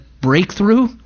breakthrough